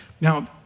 Now